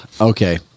okay